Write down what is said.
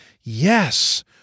Yes